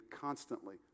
constantly